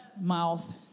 mouth